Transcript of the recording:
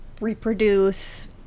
reproduce